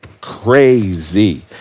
crazy